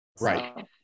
Right